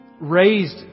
raised